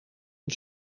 een